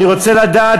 אני רוצה לדעת,